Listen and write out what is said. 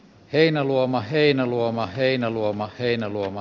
heinäluoma heinäluoma heinäluoma heinäluoma